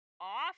off